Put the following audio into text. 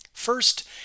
First